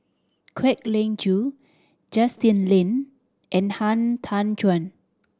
Kwek Leng Joo Justin Lean and Han Tan Juan